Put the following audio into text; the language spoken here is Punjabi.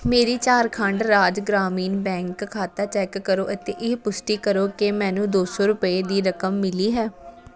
ਮੇਰੀ ਝਾਰਖੰਡ ਰਾਜ ਗ੍ਰਾਮੀਣ ਬੈਂਕ ਖਾਤਾ ਚੈੱਕ ਕਰੋ ਅਤੇ ਇਹ ਪੁਸ਼ਟੀ ਕਰੋ ਕਿ ਮੈਨੂੰ ਦੋ ਸੌ ਰੁਪਏ ਦੀ ਰਕਮ ਮਿਲੀ ਹੈ